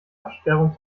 absperrung